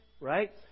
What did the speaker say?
right